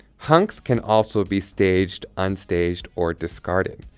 hunks can also be staged, unstaged, or discarded.